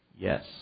yes